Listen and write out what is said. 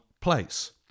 place